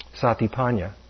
satipanya